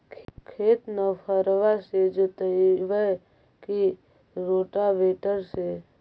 खेत नौफरबा से जोतइबै की रोटावेटर से?